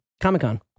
Comic-Con